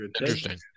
Interesting